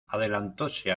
adelantóse